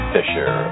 Fisher